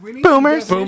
Boomers